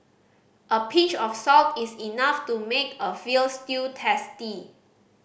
a pinch of salt is enough to make a veal stew tasty